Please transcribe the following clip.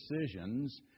decisions